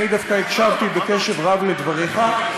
אני דווקא הקשבתי בקשב רב לדבריך,